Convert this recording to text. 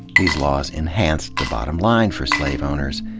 these laws enhanced the bottom line for slave owners.